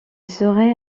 serait